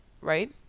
right